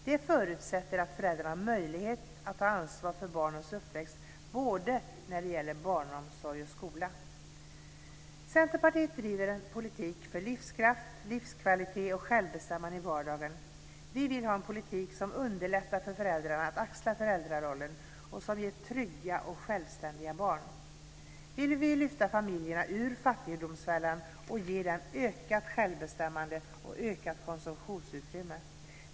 Det förutsätter att föräldrarna har möjlighet att ta ansvar för barnens uppväxt både när det gäller barnomsorg och skola. Centerpartiet driver en politik för livskraft, livskvalitet och självbestämmande i vardagen. Vi vill ha en politik som underlättar för föräldrarna att axla föräldrarollen och som ger trygga och självständiga barn. Vi vill lyfta upp familjerna ur fattigdomsfällan och ge dem ökat självbestämmande och ökat konsumtionsutrymme.